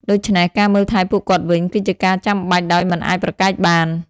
ដូច្នេះ ការមើលថែពួកគាត់វិញ គឺជាការចាំបាច់ដោយមិនអាចប្រកែកបាន។